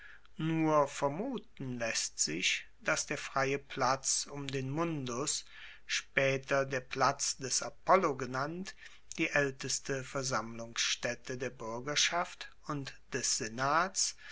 nur vermuten laesst sich dass der freie platz um den mundus spaeter der platz des apollo genannt die aelteste versammlungsstaette der buergerschaft und des senats